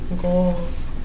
goals